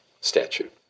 statute